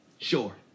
sure